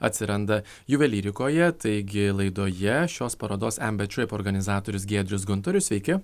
atsiranda juvelyrikoje taigi laidoje šios parodos ember trip organizatorius giedrius guntorius sveiki